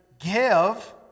give